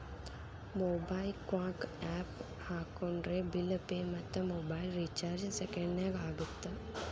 MobiKwik app ಹಾಕೊಂಡ್ರೆ bill pay ಮತ್ತ mobile recharge ಸೆಕೆಂಡನ್ಯಾಗ ಆಗತ್ತ